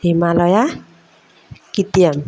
Himalaya K T M